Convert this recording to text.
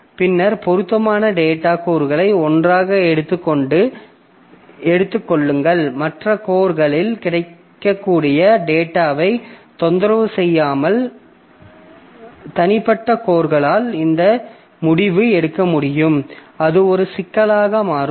பின்னர் பொருத்தமான டேட்டா கூறுகளை ஒன்றாக எடுத்துக் கொள்ளுங்கள் மற்ற கோர்களில் கிடைக்கக்கூடிய டேட்டாவைத் தொந்தரவு செய்யாமல் தனிப்பட்ட கோர்களால் இந்த முடிவை எடுக்க முடியும் அது ஒரு சிக்கலாக மாறும்